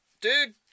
Dude